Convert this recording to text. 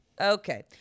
okay